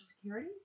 Security